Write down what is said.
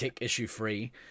issue-free